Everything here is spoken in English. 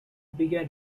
began